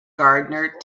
gardener